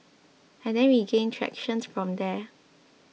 and then we gained tractions from there